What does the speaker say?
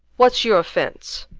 what's your offence?